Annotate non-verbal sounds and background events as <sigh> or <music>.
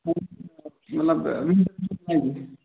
<unintelligible> مَطلَب <unintelligible>